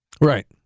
Right